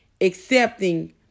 accepting